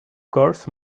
course